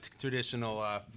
traditional